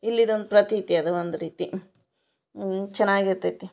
ಇಲ್ಲಿದೊಂದು ಪ್ರತೀತಿ ಅದು ಒಂದು ರೀತಿ ಚೆನ್ನಾಗಿರ್ತೈತೆ